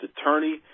attorney